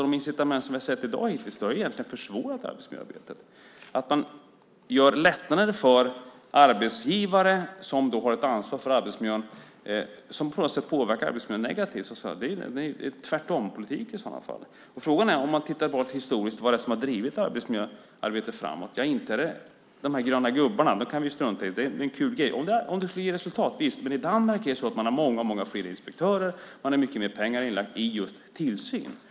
Det som vi har sett hittills har egentligen försvårat arbetsmiljöarbetet. Man gör lättnader för arbetsgivare som har ett ansvar för arbetsmiljön som på något sätt påverkar arbetsmiljön negativt. Det är i sådana fall en tvärtompolitik. Om man tittar historiskt är frågan vad som har drivit arbetsmiljöarbetet framåt. Inte är det de gröna gubbarna. Dem kan vi strunta i. Det är en kul grej. Visst kan man införa det om det skulle ge resultat. Men i Danmark har man många fler inspektörer och mycket mer pengar till just tillsyn.